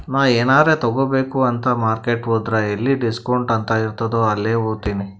ನಾ ಎನಾರೇ ತಗೋಬೇಕ್ ಅಂತ್ ಮಾರ್ಕೆಟ್ ಹೋದ್ರ ಎಲ್ಲಿ ಡಿಸ್ಕೌಂಟ್ ಅಂತ್ ಇರ್ತುದ್ ಅಲ್ಲೇ ಹೋತಿನಿ